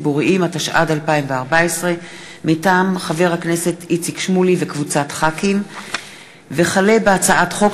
התשע"ד 2014. לדיון מוקדם: החל בהצעת חוק פ/2523/19 וכלה בהצעת חוק